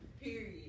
Period